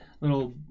little